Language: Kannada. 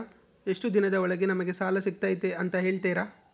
ಎಷ್ಟು ದಿನದ ಒಳಗೆ ನಮಗೆ ಸಾಲ ಸಿಗ್ತೈತೆ ಅಂತ ಹೇಳ್ತೇರಾ?